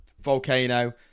volcano